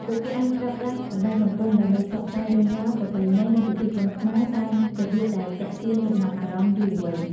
ពួកគេអាចប្រើប្រាស់បណ្ដាញសង្គមដើម្បីផ្សព្វផ្សាយរឿងរ៉ាវ ប្រពៃណី និងពិធីបុណ្យខ្មែរតាមរបៀបដែលទាក់ទាញចំណាប់អារម្មណ៍យុវវ័យ។